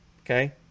okay